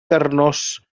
carnós